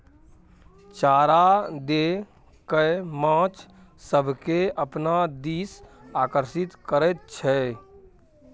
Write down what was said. चारा दए कय माछ सभकेँ अपना दिस आकर्षित करैत छै